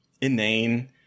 inane